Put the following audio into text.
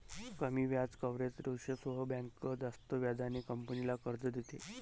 कमी व्याज कव्हरेज रेशोसह बँक जास्त व्याजाने कंपनीला कर्ज देते